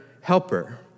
helper